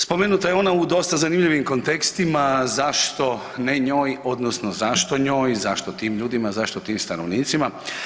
Spomenuta je ona u dosta zanimljivim kontekstima zašto ne njoj, odnosno zašto njoj, zašto tim ljudima, zašto tim stanovnicima.